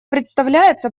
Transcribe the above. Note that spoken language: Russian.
представляется